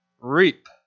reap